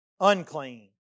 unclean